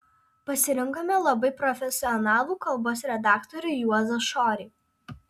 pasirinkome labai profesionalų kalbos redaktorių juozą šorį